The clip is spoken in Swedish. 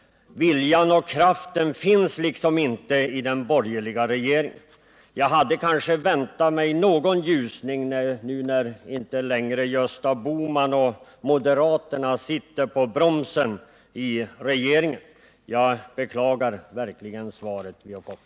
Viljan och kraften finns liksom inte i den borgerliga regeringen. Jag hade kanske väntat mig någon ljusning nu när Gösta Bohman och andra moderater inte längre sitter på bromsen i regeringen. Jag beklagar verkligen det svar jag fått.